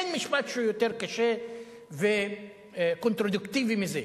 אין משפט שהוא יותר קשה וקונטרדיקטיבי מזה.